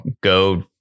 go